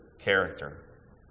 character